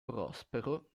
prospero